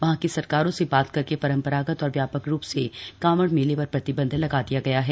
वहां की सरकारों से बात करके परंपरागत और व्यापक रूप से कांवड़ मेले पर प्रतिबंध लगा दिया गया है